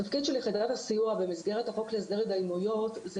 התפקיד של יחידות הסיוע במסגרת החוק להסדר התדיינויות זה